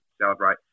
celebrate